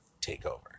takeover